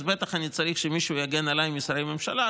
אז בטח אני צריך שמישהו יגן עליי משרי הממשלה.